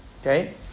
okay